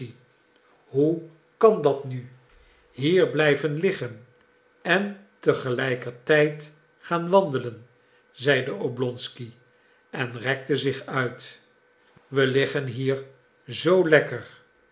hoe kan dat nu hier blijven liggen en te gelijkertijd gaan wandelen zeide oblonsky en rekte zich uit we liggen hier zoo lekker